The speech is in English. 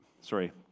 sorry